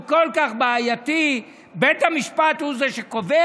הוא כל כך בעייתי, בית המשפט הוא זה שקובע?